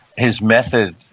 his method,